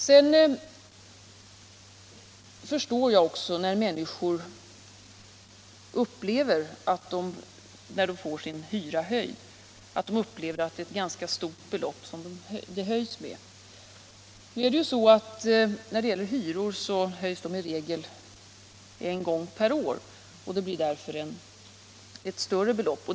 Jag förstår också att människor som får sin hyra höjd upplever höjningarna som ganska stora. Hyror höjs i regel en gång per år och det blir därför ett större belopp.